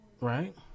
right